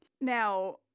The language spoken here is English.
Now